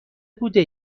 بوده